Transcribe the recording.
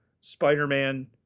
spider-man